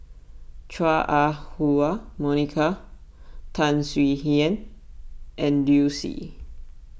Chua Ah Huwa Monica Tan Swie Hian and Liu Si